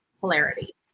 polarity